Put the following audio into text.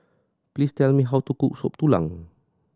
please tell me how to cook Soup Tulang